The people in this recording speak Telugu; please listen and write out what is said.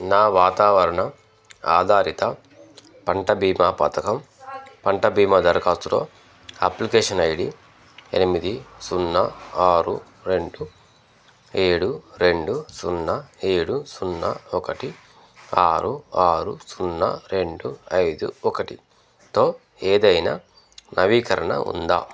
నా వాతావరణ ఆధారిత పంట భీమా పథకం పంట భీమా దరఖాస్తులో అప్లికేషన్ ఐడి ఎనిమిది సున్నా ఆరు రెండు ఏడు రెండు సున్నా ఏడు సున్నా ఒకటి ఆరు ఆరు సున్నా రెండు ఐదు ఒకటితో ఏదైనా నవీకరణ ఉందా